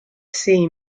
see